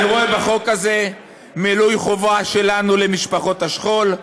אני רואה בחוק הזה מילוי חובה שלנו למשפחות השכול.